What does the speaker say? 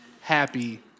happy